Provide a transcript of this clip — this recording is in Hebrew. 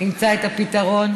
ימצא את הפתרון?